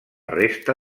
resta